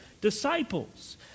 disciples